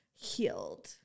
healed